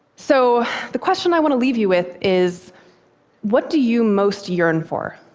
so the question i want to leave you with is what do you most yearn for?